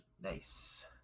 Nice